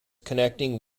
connecting